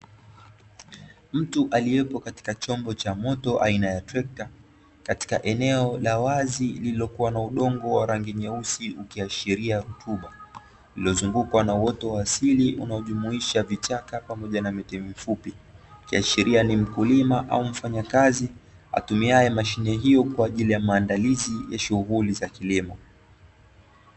Mtu aliyepo katika chombo cha moto aina ya trekta, katika eneo la wazi lililokuwa na udongo wa rangi nyeusi ukiashiria rutuba, lililozungukwa na uoto wa asili unaojumuisha vichaka pamoja na miti mifupi, ikiashiria ni mkulima au mfanyakazi atumiaye mashine hiyo kwa ajili ya maandalizi ya shughuli za kilimo.